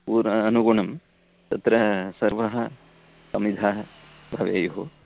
पूर्वम् अनुगुणं तत्र सर्वे समिदः भवेयुः